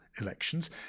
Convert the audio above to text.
elections